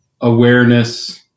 awareness